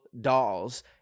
dolls